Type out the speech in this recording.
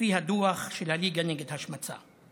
לפי הדוח של הליגה נגד השמצה.